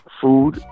food